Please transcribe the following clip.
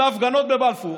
על ההפגנות בבלפור.